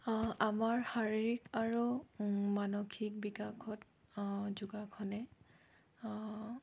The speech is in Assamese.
আমাৰ শাৰীৰিক আৰু মানসিক বিকাশত যোগাসনে